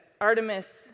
Artemis